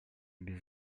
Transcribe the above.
без